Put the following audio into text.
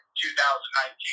2019